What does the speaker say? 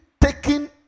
taking